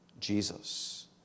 Jesus